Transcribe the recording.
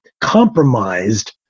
compromised